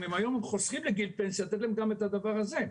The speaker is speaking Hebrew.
אם הם היום חוסכים לגיל פנסיה אז לתת להם גם את הדבר הזה.